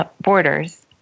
borders